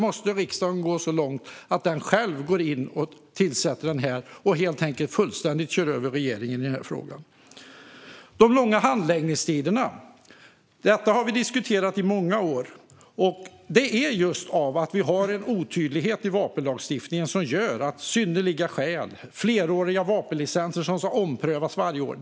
Måste riksdagen gå så långt att den själv går in och tillsätter detta och helt enkelt fullständigt kör över regeringen i frågan? De långa handläggningstiderna har vi diskuterat i många år. De beror just på den otydlighet som vi har i vapenlagstiftningen med synnerliga skäl och fleråriga vapenlicenser som ska omprövas varje år.